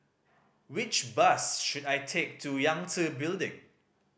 which bus should I take to Yangtze Building